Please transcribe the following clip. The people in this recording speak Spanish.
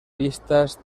vistas